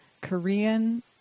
Korean